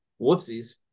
whoopsies